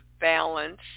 balance